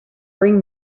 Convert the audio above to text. bring